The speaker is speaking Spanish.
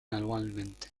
anualmente